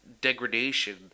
degradation